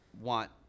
want